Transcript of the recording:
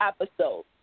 episode